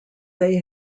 they